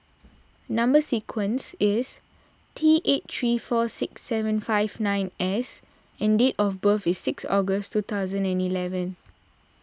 Number Sequence is T eight three four six seven five nine S and date of birth is six August two thousand and eleven